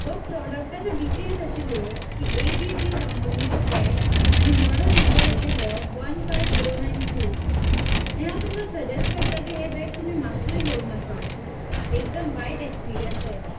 वो प्रॉडक्टाच्यो डिटेल्स आशिल्ल्यो की एबीसी कंपनीचो बॅग आनी मॉडल नंबर आशिल्लो one five zero nine Q हें हांव तुमकां सजॅस्ट करतां की हें बॅग तुमी मात्तूय घेवं नाका एकदम वायट एक्सपिरियन्स आयला